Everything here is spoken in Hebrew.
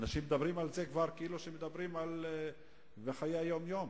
אנשים מדברים על זה כמו שמדברים בחיי היום-יום,